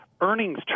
earnings